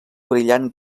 brillant